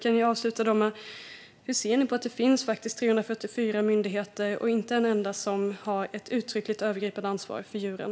Jag kan avsluta med att fråga hur ni ser på att det finns 344 myndigheter men inte en enda som har ett uttryckligt övergripande ansvar för djuren.